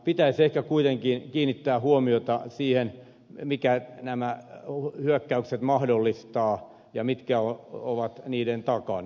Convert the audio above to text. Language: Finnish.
pitäisi ehkä kuitenkin kiinnittää huomiota siihen mikä nämä hyökkäykset mahdollistaa ja mitkä ovat niiden takana